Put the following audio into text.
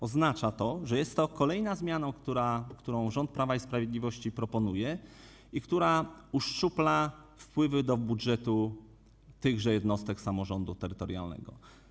Oznacza to, że jest to kolejna zmiana, którą rząd Prawa i Sprawiedliwości proponuje i która uszczupla wpływy do budżetu tychże jednostek samorządu terytorialnego.